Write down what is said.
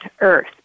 Earth